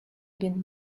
been